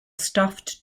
stuffed